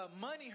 money